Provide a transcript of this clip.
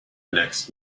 next